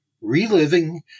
Reliving